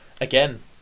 again